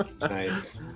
Nice